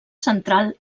central